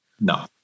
No